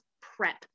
prep